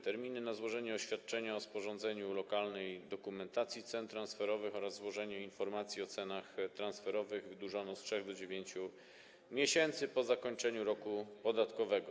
Terminy na złożenie oświadczenia o sporządzeniu lokalnej dokumentacji cen transferowych oraz złożenie informacji o cenach transferowych wydłużono z 3 do 9 miesięcy po zakończeniu roku podatkowego.